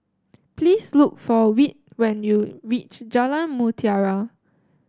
please look for Whit when you reach Jalan Mutiara